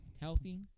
healthy